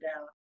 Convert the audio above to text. down